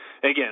again